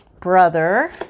brother